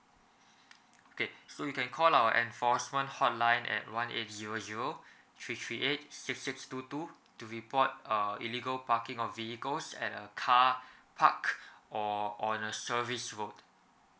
okay so you can call our enforcement hotline at one eight zero zero three three eight six six two two to report uh illegal parking of vehicles at a car park or or the service road